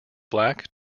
black